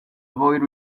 avoid